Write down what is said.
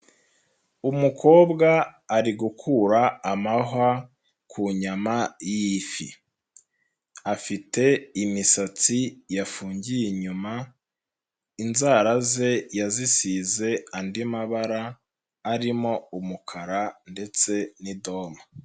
Umukobwa ari gukura amahwa ku nyama y'ifi. Afite imisatsi yafungiye inyuma, inzara ze yazisize andi mabara, arimo umukara ndetse n'idoma.